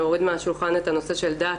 להוריד מהשולחן את הנושא של דת.